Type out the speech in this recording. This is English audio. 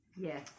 Yes